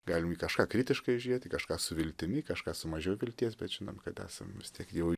galim į kažką kritiškai žiūrėti į kažką su viltimi į kažką su mažiau vilties bet žinom kad esam vis tiek jau